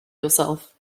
yourself